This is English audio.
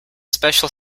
special